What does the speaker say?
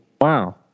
Wow